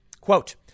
Quote